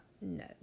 No